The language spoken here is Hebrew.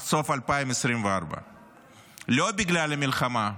עד סוף 2024. לא בגלל המלחמה,